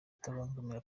kutabangamira